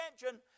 attention